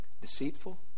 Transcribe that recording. deceitful